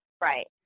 Right